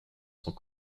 sont